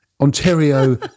Ontario